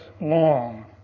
long